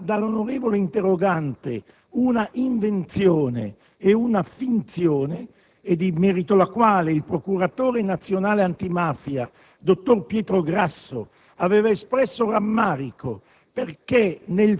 giudicata dall'onorevole senatore interrogante una «invenzione» e una «finzione» ed in merito alla quale il procuratore nazionale antimafia, dottor Pietro Grasso, aveva espresso rammarico perché